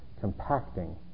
compacting